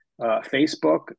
Facebook